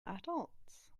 adults